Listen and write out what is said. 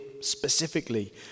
specifically